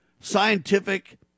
scientific